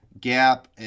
gap